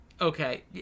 Okay